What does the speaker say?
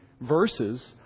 verses